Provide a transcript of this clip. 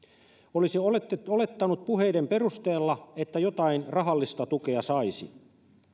olisi olettanut puheiden perusteella että jotain rahallista tukea saisi